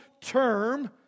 term